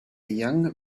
young